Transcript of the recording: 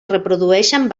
reprodueixen